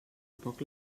poc